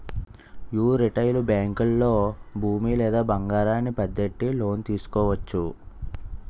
యీ రిటైలు బేంకుల్లో భూమి లేదా బంగారాన్ని పద్దెట్టి లోను తీసుకోవచ్చు